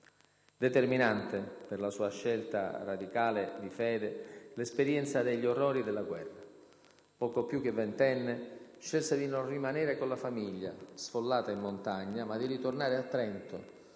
Determinante, per la sua radicale scelta di fede, l'esperienza degli orrori della guerra: poco più che ventenne, scelse di non rimanere con la famiglia, sfollata in montagna, ma di ritornare a Trento,